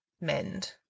mend